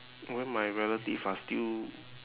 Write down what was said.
when my relative are still